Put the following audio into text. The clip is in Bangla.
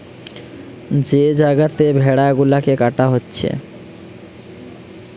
যে জাগাতে ভেড়া গুলাকে কাটা হচ্ছে